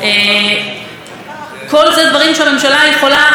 לצמצם את התופעה האיומה והנוראית הזאת.